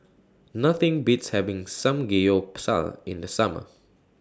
Nothing Beats having Samgeyopsal in The Summer